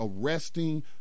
arresting